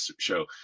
show